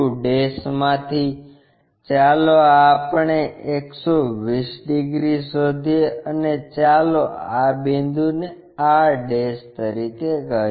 q માંથી ચાલો આપણે આ 120 ડિગ્રી શોધીએ અને ચાલો આ બિંદુને r તરીકે કહીએ